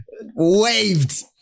waved